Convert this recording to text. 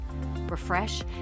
Refresh